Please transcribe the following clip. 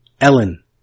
Ellen